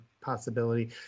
possibility